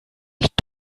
nicht